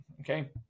Okay